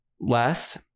Last